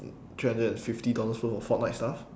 three hundred and fifty dollars' worth of fortnite stuff